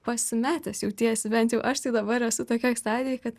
pasimetęs jautiesi bent jau aš tai dabar esu tokioj stadijoj kad